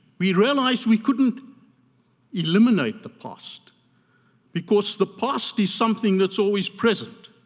we realized we couldn't eliminate the past because the past is something that's always present,